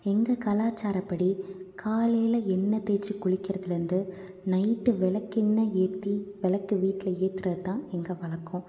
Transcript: எங்கள் கலாச்சாரப்படி காலையில் எண்ணெ தேய்ச்சி குளிக்கிறதுலேருந்து நைட் விளக்கெண்ண ஏற்றி விளக்கு வீட்டில ஏத்துகிறதுதான் எங்கள் வழக்கம்